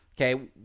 Okay